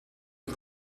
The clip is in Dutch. het